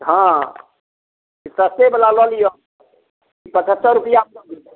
हाँ ई सस्ते बला लऽ लिअ पछहत्तर रुपआ